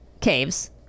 caves